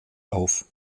auf